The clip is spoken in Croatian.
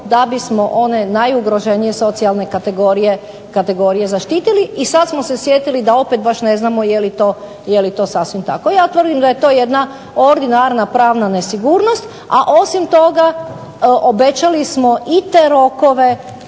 da bismo one najugroženije socijalne kategorije zaštitili i sad smo se sjetili da opet baš ne znamo je li to sasvim tako. Ja tvrdim da je to jedna ordinarna pravna nesigurnost, a osim toga obećali smo i te rokove